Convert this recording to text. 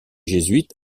jésuite